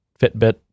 Fitbit